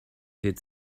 did